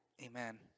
Amen